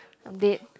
I'm dead